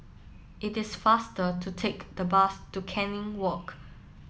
it is faster to take the bus to Canning Walk